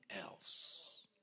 else